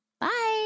Bye